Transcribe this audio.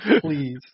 please